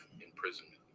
imprisonment